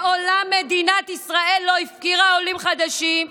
מעולם מדינת ישראל לא הפקירה עולים חדשים.